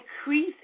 Increase